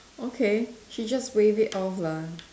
okay she just waive it off lah